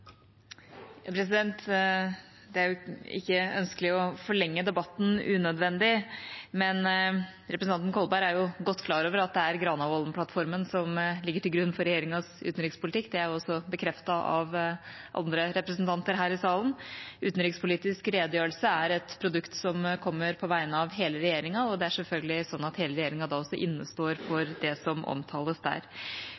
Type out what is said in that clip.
er Granavolden-plattformen som ligger til grunn for regjeringas utenrikspolitikk. Det er også bekreftet av andre representanter her i salen. Utenrikspolitisk redegjørelse er et produkt som kommer på vegne av hele regjeringa, og det er selvfølgelig sånn at hele regjeringa innestår for det som omtales der. Jeg må allikevel tillate meg å være en anelse overrasket over Martin Kolbergs usedvanlig korte politiske hukommelse. Da